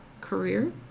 career